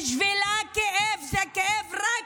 בשבילה כאב הוא כאב.